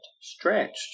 stretched